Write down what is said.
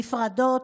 נפרדות,